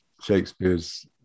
shakespeare's